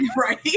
right